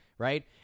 Right